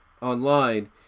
online